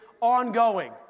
ongoing